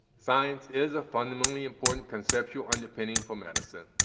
science is a fundamentally important conceptual underpinning for medicine,